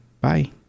Bye